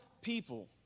people